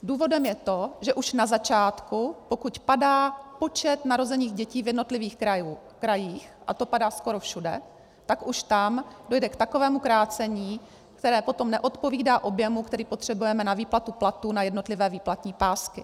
Důvodem je to, že už na začátku, pokud padá počet narozených dětí v jednotlivých krajích, a to padá skoro všude, tak už tam dojde k takovému krácení, které potom neodpovídá objemu, který potřebujeme na výplatu platů na jednotlivé výplatní pásky.